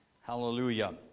Hallelujah